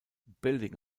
building